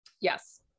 Yes